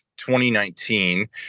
2019